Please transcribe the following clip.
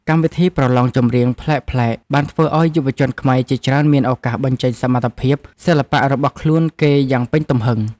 កម្មវិធីប្រឡងចម្រៀងប្លែកៗបានធ្វើឱ្យយុវជនខ្មែរជាច្រើនមានឱកាសបញ្ចេញសមត្ថភាពសិល្បៈរបស់ពួកគេយ៉ាងពេញទំហឹង។